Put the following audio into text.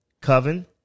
coven